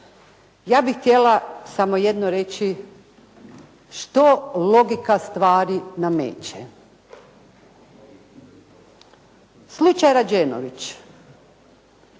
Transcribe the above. Ja bih htjela samo jedno reći što logika stvari nameće? Slučaj Rađenović